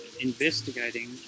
investigating